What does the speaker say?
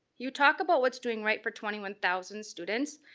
you talk about what's doing right for twenty one thousand students,